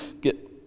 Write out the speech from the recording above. get